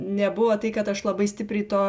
nebuvo tai kad aš labai stipriai to